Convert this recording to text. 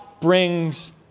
brings